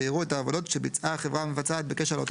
ויראו את העבודות שביצעה החברה המבצעת בקשר לאותה